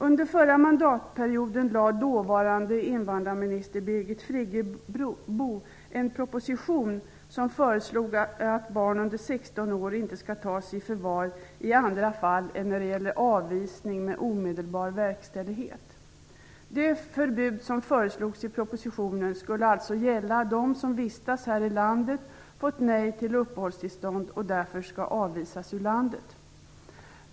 Under förra mandatperioden lade dåvarande invandrarminister Birgit Friggebo fram en proposition i vilket det föreslogs att barn under 16 år inte skall tas i förvar i andra fall än när det gäller avvisning med omedelbar verkställighet. Det förbud som föreslogs i propositionen skulle alltså gälla dem som vistas här i landet och som fått nej till uppehållstillstånd och därför skulle avvisas ur landet.